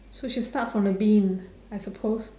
so she start from the bean I suppose